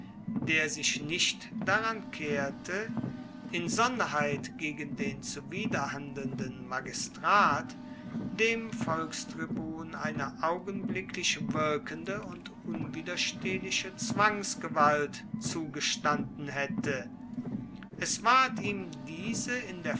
der sich nicht daran kehrte insonderheit gegen den zuwiderhandelnden magistrat dem volkstribun eine augenblicklich wirkende und unwiderstehliche zwangsgewalt zugestanden haette es ward ihm diese in der